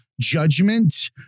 judgment